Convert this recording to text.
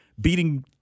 Beating